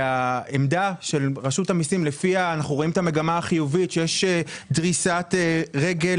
העמדה של רשות המסים לפיה אנחנו רואים את המגמה החיובית יש דריסת רגל,